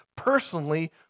personally